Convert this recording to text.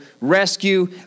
rescue